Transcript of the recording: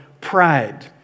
pride